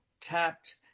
tapped